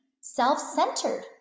self-centered